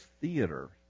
theater